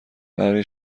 برای